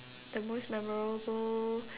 the most memorable